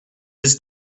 his